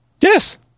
yes